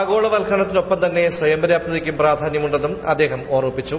ആഗോളവൽക്കരണത്തിനൊപ്പംത്രിന്നെ സ്വയംപര്യാപ്തതയ്ക്കും പ്രാധാന്യമുണ്ടെന്ന് അദ്ദേഹം ് ഓർമ്മീപ്പിച്ചു